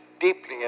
deeply